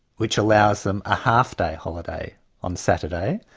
which allows them a half-day holiday on saturday,